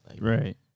Right